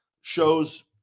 shows